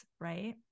right